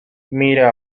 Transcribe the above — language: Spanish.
mira